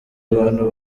abantu